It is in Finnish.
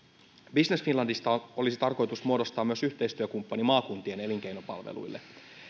business finlandista olisi tarkoitus muodostaa myös yhteistyökumppani maakuntien elinkeinopalveluille